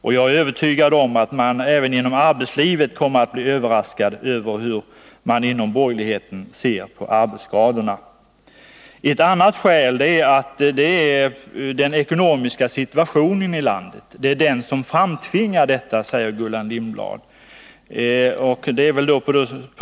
Jag är övertygad om att man även inom arbetslivet kommer att bli överraskad över hur borgerligheten ser på arbetsskadorna. Ett annat skäl är den ekonomiska situationen i landet. Den framtvingar detta, säger Gullan Lindblad.